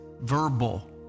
verbal